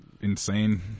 insane